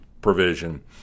provision